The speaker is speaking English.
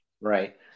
Right